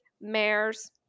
Mares